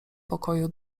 pokoju